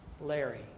Larry